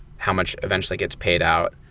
how much eventually gets paid out?